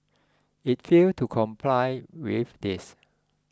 it failed to comply with this